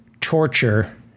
torture